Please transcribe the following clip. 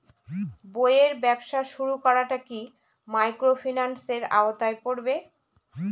বইয়ের ব্যবসা শুরু করাটা কি মাইক্রোফিন্যান্সের আওতায় পড়বে?